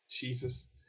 Jesus